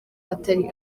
atari